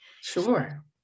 Sure